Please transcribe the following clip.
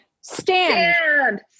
Stand